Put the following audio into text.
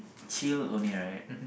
chill only right